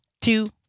two